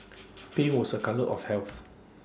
pink was A colour of health